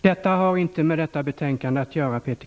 Detta har inte med detta betänkande att göra, Peter